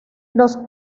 los